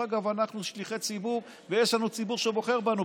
אנחנו שליחי ציבור ויש לנו ציבור שבוחר בנו,